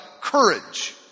courage